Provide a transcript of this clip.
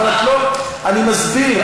אני מסביר.